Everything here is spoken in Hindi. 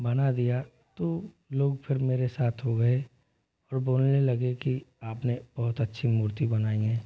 बना दिया तो लोग फिर मेरे साथ हो गए और बोलने लगे कि आपने बहुत अच्छी मूर्ति बनाई है